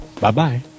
Bye-bye